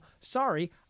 sorry